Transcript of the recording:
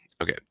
Okay